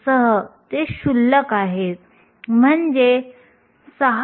सिलिकॉनसाठी χ चे मूल्य सुमारे 4